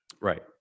right